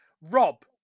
Rob